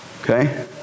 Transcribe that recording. Okay